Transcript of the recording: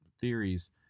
theories